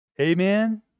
Amen